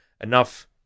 enough